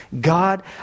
God